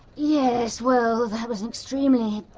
yes, well, that was an extremely,